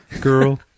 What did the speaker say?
Girl